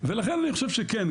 ולכן אני חושב שכן,